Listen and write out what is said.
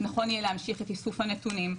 נכון יהיה להמשיך את איסוף הנתונים.